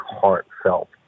heartfelt